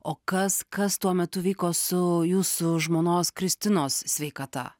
o kas kas tuo metu vyko su jūsų žmonos kristinos sveikata